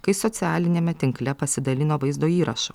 kai socialiniame tinkle pasidalino vaizdo įrašu